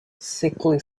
sickly